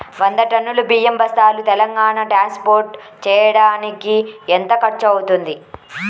వంద టన్నులు బియ్యం బస్తాలు తెలంగాణ ట్రాస్పోర్ట్ చేయటానికి కి ఎంత ఖర్చు అవుతుంది?